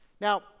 Now